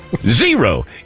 zero